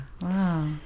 Wow